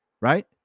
Right